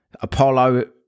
Apollo